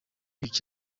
ibice